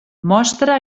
mostra